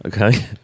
Okay